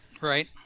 Right